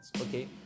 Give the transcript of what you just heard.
Okay